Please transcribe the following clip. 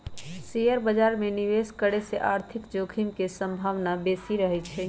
share बाजार में निवेश करे से आर्थिक जोखिम के संभावना बेशि रहइ छै